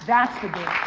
that's the game.